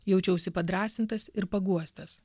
jaučiausi padrąsintas ir paguostas